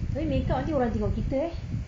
tapi makeup nanti orang tengok kita eh